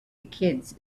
kids